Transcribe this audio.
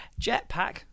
Jetpack